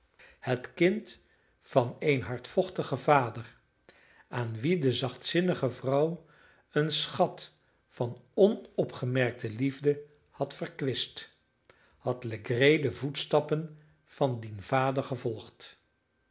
het kind van een hardvochtigen vader aan wien die zachtzinnige vrouw een schat van onopgemerkte liefde had verkwist had legree de voetstappen van dien vader gevolgd